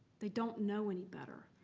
they don't know any better.